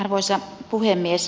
arvoisa puhemies